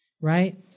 Right